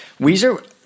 Weezer